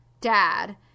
dad